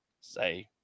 say